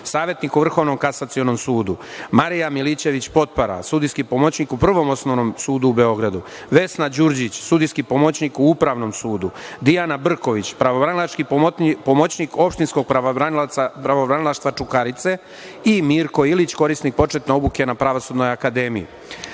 savetnik u Vrhovnom kasacionom sudu, Marija Milićević Popara, sudijski pomoćnik u Prvom osnovnom sudu u Beogradu, Vesna Đurđić, sudijski pomoćnik u Upravnom sudu, Dijana Brković, pravobranilački pomoćnik Opštinskog pravobranilaštva Čukarice i Mirko Ilić, korisnik početne obuke na Pravosudnoj akademiji.Za